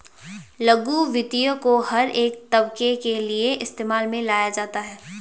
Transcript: लघु वित्त को हर एक तबके के लिये इस्तेमाल में लाया जाता है